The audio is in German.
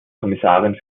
kommissarin